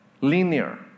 Linear